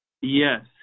Yes